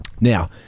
Now